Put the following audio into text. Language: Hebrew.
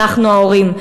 אנחנו ההורים.